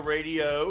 Radio